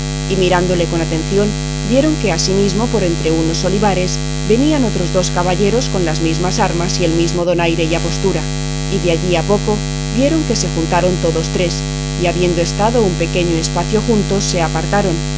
y mirándole con atención vieron que asimismo por entre unos olivares venían otros dos caballeros con las mismas armas y con el mismo donaire y apostura y de allí a poco vieron que se juntaron todos tres y habiendo estado un pequeño espacio juntos se apartaron